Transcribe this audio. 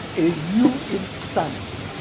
a new internet